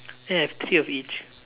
ya I have three of each